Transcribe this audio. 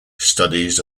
studies